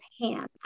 hand